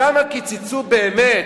שם קיצצו באמת,